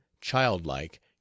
childlike